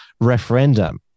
referendum